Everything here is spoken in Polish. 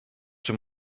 czy